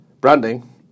branding